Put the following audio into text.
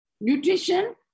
Nutrition